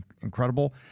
incredible